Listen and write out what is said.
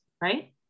right